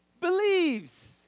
believes